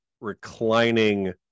reclining